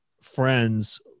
friends